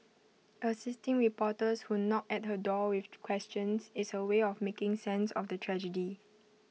assisting reporters who knock at her door with questions is her way of making sense of the tragedy